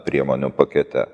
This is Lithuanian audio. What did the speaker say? priemonių pakete